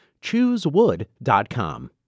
Choosewood.com